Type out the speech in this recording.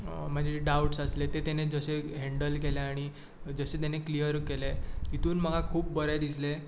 म्हाजे डावट्स आसले ते तेंणे जशे हॅन्डल केल्यात आनी जशे तेणे क्लियर केले तितूंत म्हाका खूब बरें दिसलें